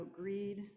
greed